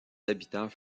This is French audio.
habitants